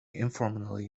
informally